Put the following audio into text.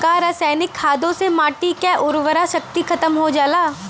का रसायनिक खादों से माटी क उर्वरा शक्ति खतम हो जाला?